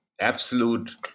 absolute